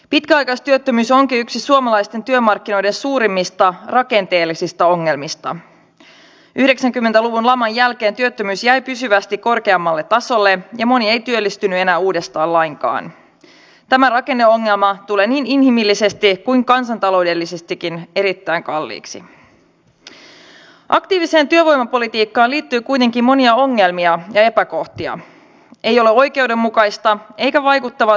se on ihan merkittävä siitä syystä että meillä on ollut suomi jopa listalla että meillä ei ole hoidettu tätä toimintaa meillä ei ole ollut riittävästi niitä paikkoja siitä syystä että se on ollut kuntien valvonnassa ja kuntien hoidettavana